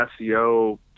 SEO